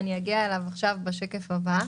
אגיע אליו בשקף הבא.